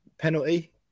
Penalty